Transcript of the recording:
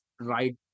right